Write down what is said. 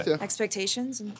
expectations